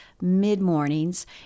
mid-mornings